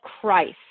Christ